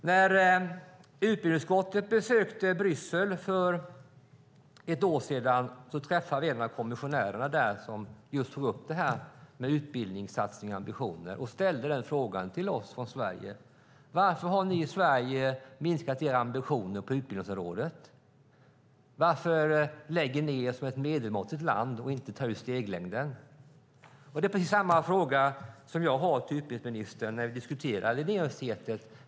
När utbildningsutskottet besökte Bryssel för ett år sedan träffade vi en av kommissionärerna, som just tog upp det här med utbildningssatsningar och ambitioner och som ställde den här frågan till oss från Sverige: Varför har ni i Sverige minskat era ambitioner på utbildningsområdet? Varför lägger ni er som ett medelmåttigt land? Varför tar ni inte ut steglängden? Det är precis samma fråga som jag har till utbildningsministern när vi diskuterar Linnéuniversitetet.